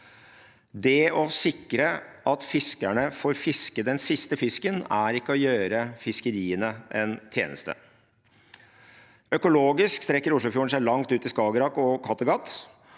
Det å sikre at fiskerne får fiske den siste fisken er ikke å gjøre fiskeriene en tjeneste. Økologisk strekker Oslofjorden seg langt ut i Skagerrak og Kattegat.